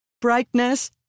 Brightness